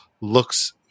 looks